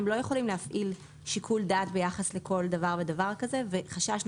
הם לא יכולים להפעיל שיקול דעת ביחס לכל דבר ודבר כזה וחששנו